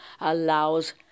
allows